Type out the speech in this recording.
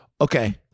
okay